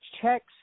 checks